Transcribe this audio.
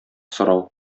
сорау